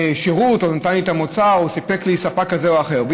השירות או נתן לי את המוצר או סיפק לי ספק כזה או אחר.